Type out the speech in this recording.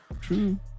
True